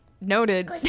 Noted